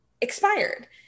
expired